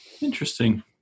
interesting